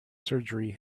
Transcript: surgery